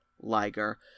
Liger